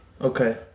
Okay